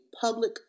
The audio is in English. public